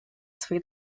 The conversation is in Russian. свои